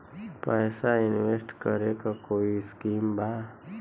पैसा इंवेस्ट करे के कोई स्कीम बा?